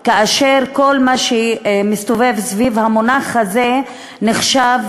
כאשר כל מה שמסתובב סביב המונח הזה נחשב